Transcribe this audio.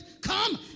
come